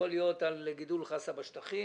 יכול להיות על גידול חסה בשטחים